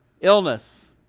illness